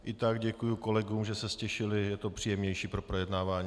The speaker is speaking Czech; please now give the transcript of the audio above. I tak děkuji kolegům, že se ztišili, je to příjemnější pro projednávání.